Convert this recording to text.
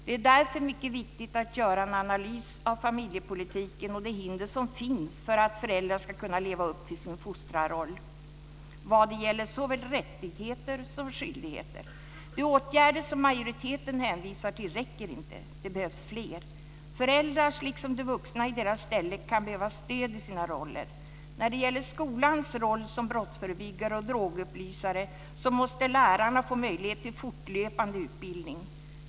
Det är därför mycket viktigt att göra en analys av familjepolitiken och de hinder som finns för att föräldrar ska kunna leva upp till sin fostrarroll vad det gäller såväl rättigheter som skyldigheter. De åtgärder som majoriteten hänvisar till räcker inte. Det behövs fler. Föräldrar, liksom de vuxna i deras ställe, kan behöva stöd i sina roller. När det gäller skolans roll som brottsförebyggare och drogupplysare måste lärarna få möjlighet till fortlöpande utbildning.